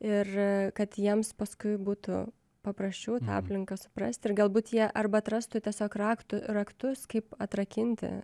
ir kad jiems paskui būtų paprasčiau tą aplinką suprasti ir galbūt jie arba atrastų tiesiog raktu raktus kaip atrakinti